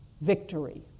victory